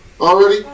already